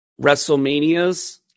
WrestleManias